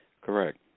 Correct